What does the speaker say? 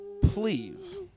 please